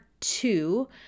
two